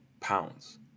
pounds